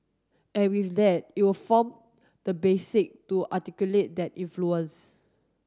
and with that it'll form the basic to articulate that influence